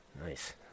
Nice